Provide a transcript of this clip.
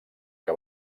que